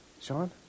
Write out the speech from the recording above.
Sean